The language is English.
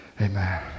Amen